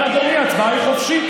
אבל, אדוני, ההצבעה היא חופשית.